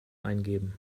eingeben